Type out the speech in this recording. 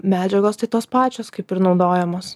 medžiagos tai tos pačios kaip ir naudojamos